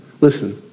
Listen